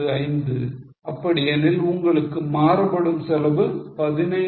125 அப்படி எனில் உங்களுடைய மாறுபடும் செலவு 15